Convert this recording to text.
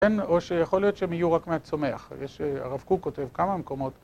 כן, או שיכול להיות שהם יהיו רק מהצומח, יש, הרב קוק כותב כמה מקומות